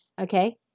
Okay